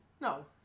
No